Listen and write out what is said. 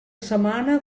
setmana